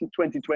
2020